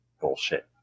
Bullshit